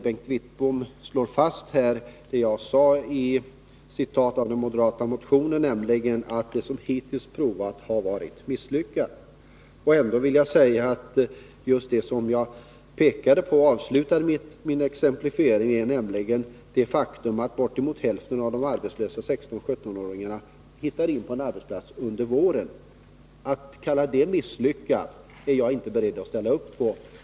Bengt Wittbom slår fast vad jag citerade från den moderata motionen, nämligen att det som hittills prövats har varit misslyckat. Ändå vill jag erinra om det som jag avslutade min exemplifiering med, nämligen det faktum att bortemot hälften av de arbetslösa 16-17-åringarna hittat en arbetsplats under våren. Att man skulle kalla det misslyckat är jag inte beredd att ställa upp på.